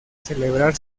celebrar